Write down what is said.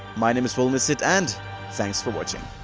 my name is will miss it, and thanks for watching.